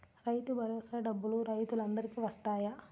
రైతు భరోసా డబ్బులు రైతులు అందరికి వస్తాయా?